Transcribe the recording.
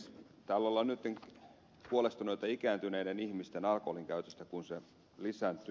täällä ollaan nyt huolestuneita ikääntyneiden ihmisten alkoholinkäytöstä kun se lisääntyy